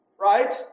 Right